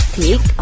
take